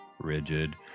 Rigid